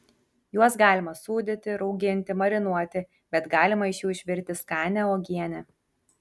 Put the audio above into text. juos galima sūdyti rauginti marinuoti bet galima iš jų išvirti skanią uogienę